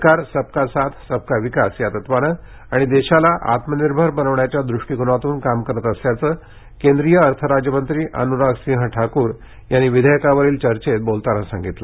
सरकार सबका साथ सबका विकास या तत्त्वानं आणि देशाला आत्मनिर्भर बनवण्याच्या दृष्टिकोनातून काम करत असल्याचं केंद्रीय अर्थराज्यमंत्री अनुरागसिंह ठाकूर यांनी विधेयकावरील चर्चेत बोलताना सांगितलं